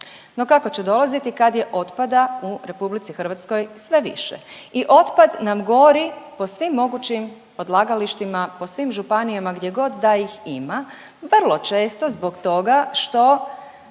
no kako će dolaziti kad je otpada u RH sve više i otpad nam gori po svim mogućim odlagalištima, po svim županijama gdje god da ih ima, vrlo često zbog toga što